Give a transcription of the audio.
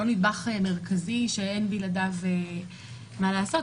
לא נדבך מרכזי שאין בלעדיו מה לעשות,